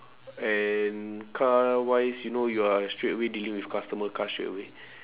and car wise you know you're straight away dealing with customer car straight away